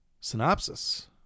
Synopsis